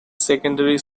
secondary